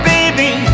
Baby